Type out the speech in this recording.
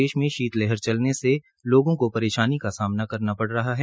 प्रदेश में शीत लहर चलने से लोगों को परेशानी का सामना करना पड़ा रहा है